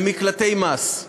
למקלטי מס.